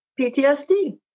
PTSD